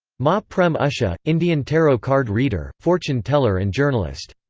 ma prem usha, indian tarot card reader, fortune teller and journalist.